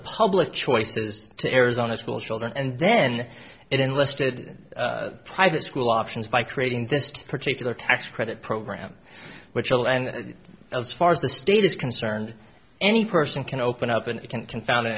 public choices to arizona schoolchildren and then enlisted private school options by creating this particular tax credit program which will and as far as the state is concerned any person can open up and it can confound